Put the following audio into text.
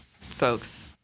folks